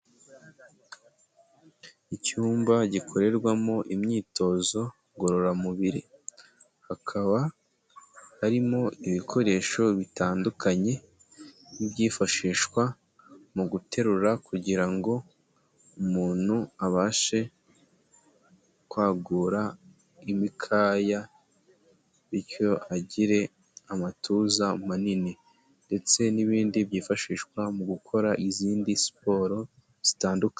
Icyumba gikorerwamo imyitozo ngororamubiri. Hakaba harimo ibikoresho bitandukanye byifashishwa mu guterura kugira ngo umuntu abashe kwagura imikaya bityo agire amatuza manini, ndetse n'ibindi byifashishwa mu gukora izindi siporo zitandukanye.